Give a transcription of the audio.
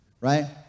right